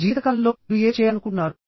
మీ జీవితకాలంలో మీరు ఏమి చేయాలనుకుంటున్నారు